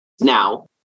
Now